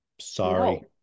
Sorry